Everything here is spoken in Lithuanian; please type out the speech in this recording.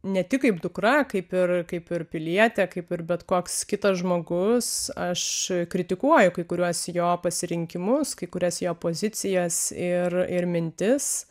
ne tik kaip dukra kaip ir kaip ir pilietė kaip ir bet koks kitas žmogus aš kritikuoju kai kuriuos jo pasirinkimus kai kurias jo pozicijas ir ir mintis